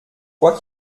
quoi